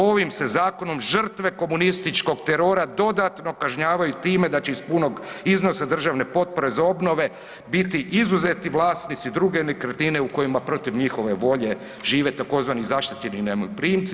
Ovim se zakonom žrtve komunističkog terora dodatno kažnjavaju time da će iz punog iznosa državne potpore za obnove biti izuzeti vlasnici druge nekretnine u kojima protiv njihove volje žive tzv. zaštićeni najmoprimci.